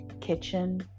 kitchen